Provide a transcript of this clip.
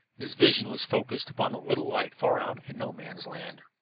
his vision was focused upon a little light far out in no man's land.